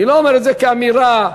אני לא אומר את זה כאמירה סתמית.